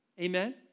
Amen